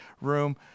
room